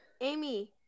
Amy